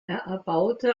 erbaute